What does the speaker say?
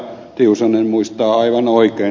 tiusanen muistaa aivan oikein